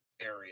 area